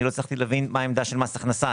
לא הצלחתי להבין מה העמדה של מס הכנסה?